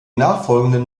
nachfolgenden